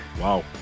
Wow